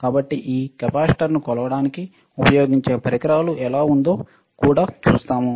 కాబట్టి ఈ కెపాసిటర్ను కొలవడానికి ఉపయోగించే పరికరాలు ఎలా ఉందో కూడా చూస్తాము